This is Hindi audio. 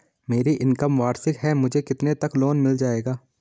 मेरी इनकम वार्षिक है मुझे कितने तक लोन मिल जाएगा?